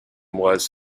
was